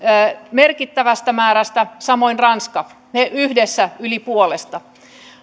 merkittävästä määrästä samoin ranska ne yhdessä yli puolesta